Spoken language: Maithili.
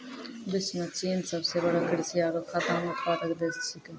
विश्व म चीन सबसें बड़ो कृषि आरु खाद्यान्न उत्पादक देश छिकै